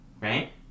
right